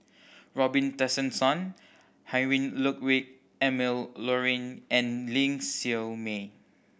Robin Tessensohn Heinrich Ludwig Emil Luering and Ling Siew May